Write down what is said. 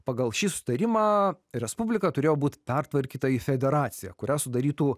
pagal šį sutarimą respublika turėjo būti pertvarkyta į federaciją kurią sudarytų